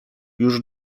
już